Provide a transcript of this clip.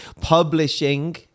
publishing